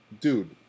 dude